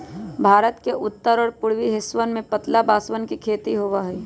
भारत के उत्तर और पूर्वी हिस्सवन में पतला बांसवन के खेती होबा हई